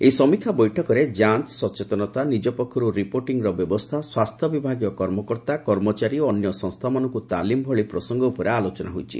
ଏହି ସମୀକ୍ଷା ବୈଠକରେ ଯାଞ୍ଚ ସଚେତନତା ନିଜ ପକ୍ଷର୍ତ ରିପୋର୍ଟିଂର ବ୍ୟବସ୍ଥା ସ୍ୱାସ୍ଥ୍ୟ ବିଭାଗୀୟ କର୍ମକର୍ତ୍ତା କର୍ମଚାରୀ ଓ ଅନ୍ୟ ସଂସ୍ଥାମାନଙ୍କୁ ତାଲିମ୍ ଭଳି ପ୍ରସଙ୍ଗ ଉପରେ ଆଲୋଚନା ହୋଇଛି